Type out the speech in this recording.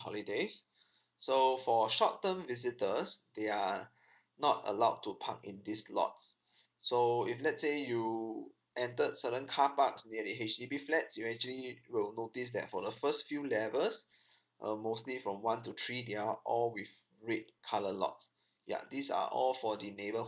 holidays so for short term visitors they are not allowed to park in these lots so if let's say you entered certain carparks near the H_D_B flats you actually will notice that for the first few levels uh mostly from one to three they're all with red colour lots ya these are all for the neighbour